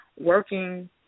working